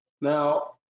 Now